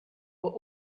were